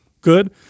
good